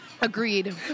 agreed